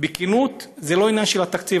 בכנות, זה לא עניין של תקציב.